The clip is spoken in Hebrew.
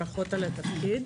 ברכות על התפקיד.